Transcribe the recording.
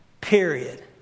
Period